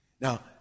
Now